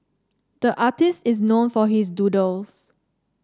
the artist is known for his doodles